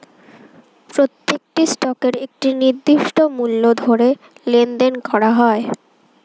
প্রত্যেকটি স্টকের একটি নির্দিষ্ট মূল্য ধরে লেনদেন করা হয়